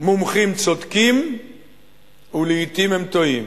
מומחים צודקים ולעתים הם טועים.